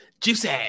Juicy